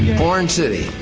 porn city,